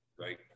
right